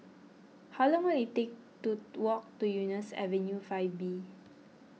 how long will it take to walk to Eunos Avenue five B